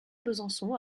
besançon